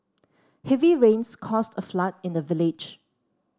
heavy rains caused a flood in the village